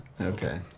Okay